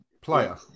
player